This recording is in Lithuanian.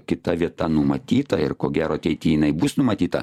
kita vieta numatyta ir ko gero ateity jinai bus numatyta